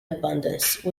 abundance